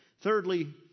Thirdly